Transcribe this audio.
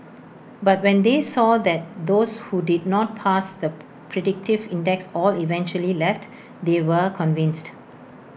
but when they saw that those who did not pass the predictive index all eventually left they were convinced